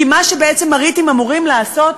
כי מה שהריטים אמורים לעשות,